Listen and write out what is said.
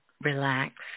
relax